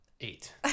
Eight